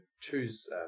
choose